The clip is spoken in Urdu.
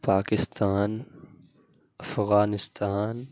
پاکستان افغانستان